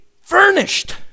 furnished